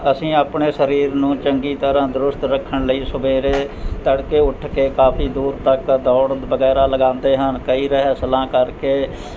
ਅਸੀਂ ਆਪਣੇ ਸਰੀਰ ਨੂੰ ਚੰਗੀ ਤਰ੍ਹਾਂ ਦਰੁਸਤ ਰੱਖਣ ਲਈ ਸਵੇਰੇ ਤੜਕੇ ਉੱਠ ਕੇ ਕਾਫੀ ਦੂਰ ਤੱਕ ਦੌੜ ਵਗੈਰਾ ਲਗਾਉਂਦੇ ਹਨ ਕਈ ਰਹੱਸਲਾਂ ਕਰਕੇ